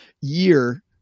year